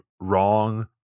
wrong